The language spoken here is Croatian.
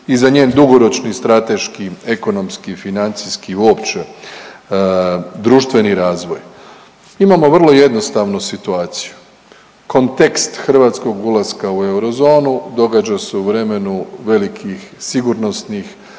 i za njen dugoročni strateški, ekonomski, financijski uopće društveni razvoj. Imamo vrlo jednostavnu situaciju kontekst Hrvatskog ulaska u eurozonu događa se u vremenu velikih sigurnosnih